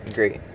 great